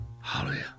Hallelujah